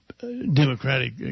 Democratic